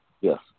Yes